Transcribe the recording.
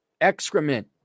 excrement